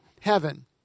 heaven